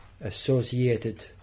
associated